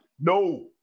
No